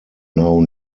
now